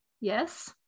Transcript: Yes